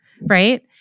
right